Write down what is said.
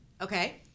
Okay